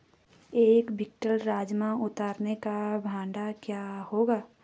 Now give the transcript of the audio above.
एक क्विंटल राजमा उतारने का भाड़ा क्या होगा?